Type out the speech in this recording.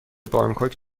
بانکوک